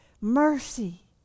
mercy